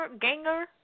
ganger